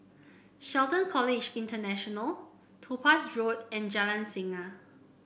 Shelton College International Topaz Road and Jalan Singa